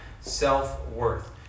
self-worth